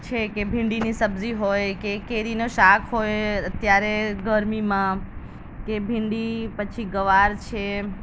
છે કે ભીંડીની સબ્જી હોય કે કેરીનું શાક હોય ત્યારે ગરમીમાં કે ભીંડી પછી ગવાર છે